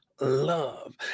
love